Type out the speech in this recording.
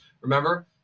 Remember